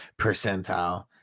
percentile